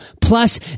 Plus